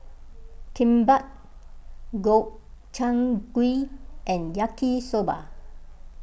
Kimbap Gobchang Gui and Yaki Soba